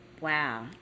Wow